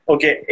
Okay